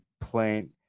playing